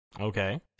Okay